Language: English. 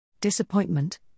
Disappointment